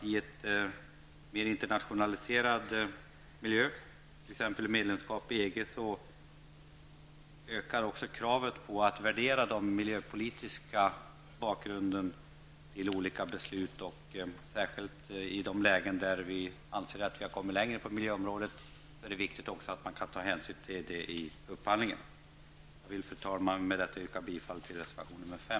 I en internationaliserad miljö, t.ex. vid medlemskap i EG, ökar också kravet på att göra en värdering av de miljöpolitiska skäl som ligger till grund för olika beslut. I de fall vi anser att vi kommit längre på miljöområdet är det också viktigt att man kan ta hänsyn till detta vid upphandlingen. Fru talman! Med detta yrkar jag bifall till reservation nr 5.